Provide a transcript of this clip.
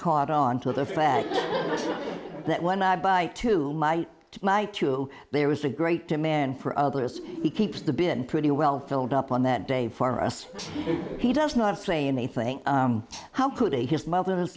caught on to the fact that when i buy to my to there is a great demand for others he keeps the been pretty well filled up on that day for us he does not say anything how could his mother's